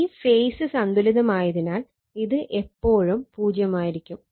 ഈ ഫേസ് സന്തുലിതമായതിനാൽ ഇത് എപ്പോഴും പൂജ്യമായിരിക്കും